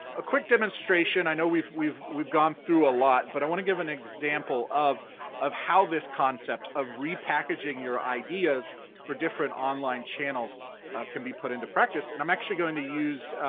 a quick demonstration, i know we've we've gone through a lot, but i wanna give an example of of how this concept of repackaging your ideas for different online channels can be put into practice, and i'm actually gonna use